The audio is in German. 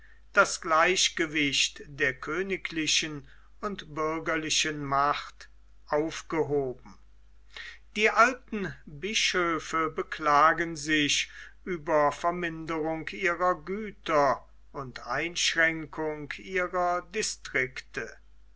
das gleichgewicht der königlichen und bürgerlichen macht aufgehoben die alten bischöfe beklagen sich über verminderung ihrer güter und einschränkung ihrer distrikte